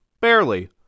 barely